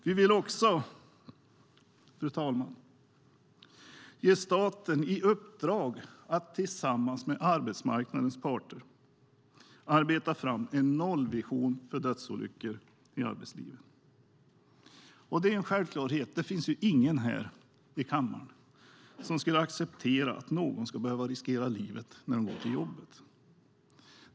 Vi vill också, fru talman, ge staten i uppdrag att tillsammans med arbetsmarknadens parter arbeta fram en nollvision för dödsolyckor i arbetslivet. Det är en självklarhet. Det finns ingen här i kammaren som skulle acceptera att någon skulle behöva riskera livet när han eller hon går till jobbet.